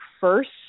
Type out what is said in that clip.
first